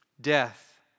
death